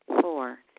Four